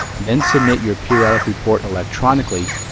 then submit your periodic report electronically,